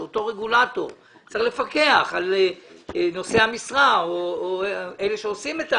של אותו רגולטור שצריך לפקח על נושא המשרה או על אלה שעושים את העבירה.